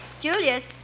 Julius